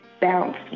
bounce